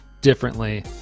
differently